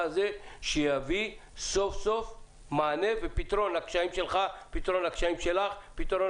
הזה שיביא סוף סוף מענה ופתרון לקשיים של כל המשרדים